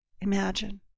Imagine